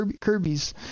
Kirby's